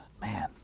man